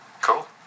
Cool